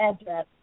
address